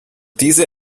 diese